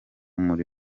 muri